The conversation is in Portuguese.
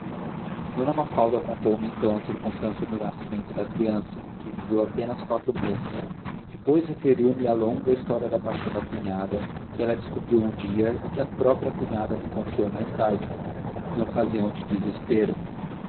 d mafalda contou-me então a circunstância do nascimento da criança que viveu apenas quatro meses depois referiu me a longa história da paixão da cunhadas que ela descobriu um dia e que a própria cunhada lhe confiou mais tarde em ocasião de desespero